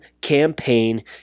campaign